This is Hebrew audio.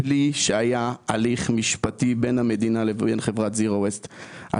בהסכם של זירו וויסט מול האוצר.